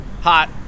hot